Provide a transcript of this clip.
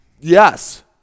Yes